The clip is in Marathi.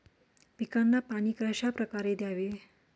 पिकांना पाणी कशाप्रकारे द्यावे?